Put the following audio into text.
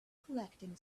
collecting